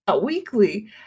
Weekly